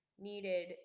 Needed